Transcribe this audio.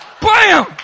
Bam